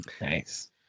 Nice